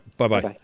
bye-bye